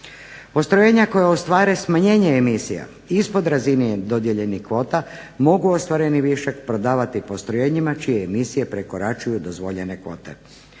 Postrojenja koja ostvare smanjenje emisija ispod razine dodijeljenih kvota mogu ostvareni višak prodavati postrojenjima čije emisije prekoračuju dozvoljene kvote.